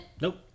Nope